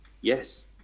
yes